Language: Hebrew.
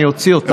אני אוציא אותם.